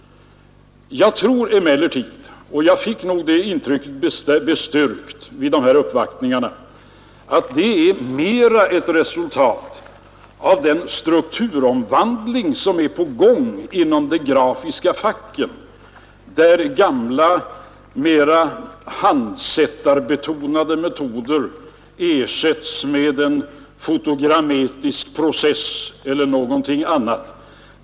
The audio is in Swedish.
Jag tror emellertid — och jag fick den uppfattningen bestyrkt vid de här uppvaktningarna — att den arbetslösheten mera är ett resultat av den strukturomvandling som är på gång inom de grafiska facken, där gamla, mera handsättarbetonade metoder ersätts med t.ex. fotografisk process eller någonting annat.